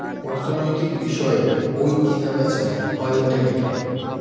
অর্থনৈতিক বিষয়ের বই কেনা বেচা হয় ইন্টারনেটে